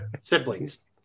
siblings